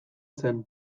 zen